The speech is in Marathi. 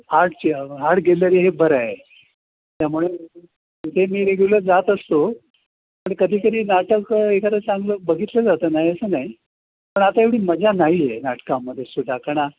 आर्टची आर्ट गॅलरी आहे हे बरं आहे त्यामुळे तिथे मी रेग्युलर जात असतो पण कधीकधी नाटक एखादं चांगलं बघितलं जातं नाही असं नाही पण आता एवढी मजा नाही आहे नाटकामध्ये सुदा कारण